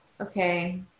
Okay